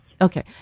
Okay